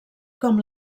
com